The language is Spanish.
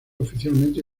oficialmente